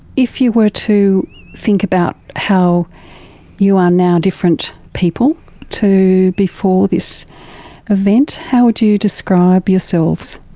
if you were to think about how you are now different people to before this event, how would you describe yourselves?